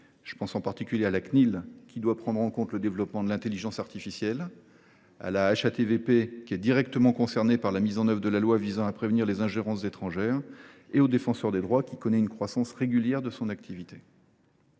Je pense en particulier à la Cnil, qui doit prendre en compte le développement de l’intelligence artificielle, à la HATVP, qui est directement concernée par la mise en œuvre de la loi visant à prévenir les ingérences étrangères en France, et à la Défenseure des droits, dont l’activité connaît une croissance régulière. Les autres